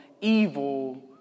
evil